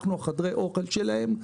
אנחנו חדרי האוכל שלהם.